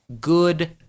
good